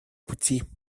пути